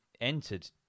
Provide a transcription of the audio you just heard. entered